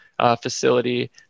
facility